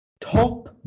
Top